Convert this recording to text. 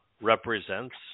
represents